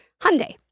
Hyundai